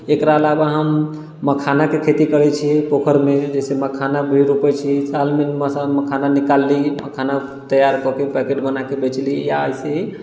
एकरा अलावा हम मखानाके खेती करै छी पोखरिमे जैसे मखाना भी रोपै छी सालमे मखाना निकालली मखाना तैयार करके पैकेट बनाके बेचली या ऐसे ही